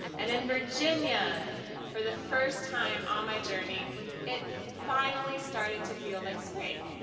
and in virginia for the first time on my journey it finally started to feel like spring.